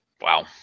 Wow